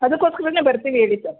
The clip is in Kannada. ಅದಕ್ಕೋಸ್ಕರವೇ ಬರ್ತೀವಿ ಹೇಳಿ ಸರ್